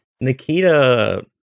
Nikita